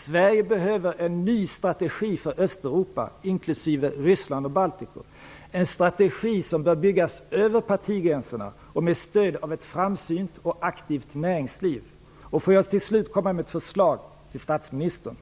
Sverige behöver en ny strategi för Östeuropa, inklusive Ryssland och Baltikum, en strategi som bör byggas över partigränserna och med stöd av ett framsynt och aktivt näringsliv. Får jag till slut komma med ett förslag till statsministern.